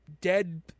dead